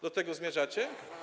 Do tego zmierzacie?